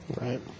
Right